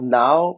now